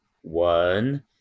One